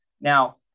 Now